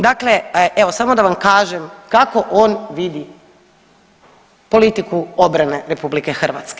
Dakle, evo samo da vam kažem kako on vidi politiku obrane RH.